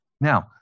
Now